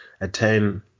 attain